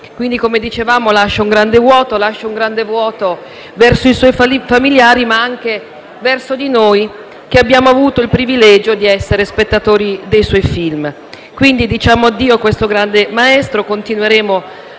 Quindi, come dicevamo, egli lascia un grande vuoto nei suoi familiari, ma anche in noi, che abbiamo avuto il privilegio di essere spettatori dei suoi film. Diciamo addio a questo grande maestro e continueremo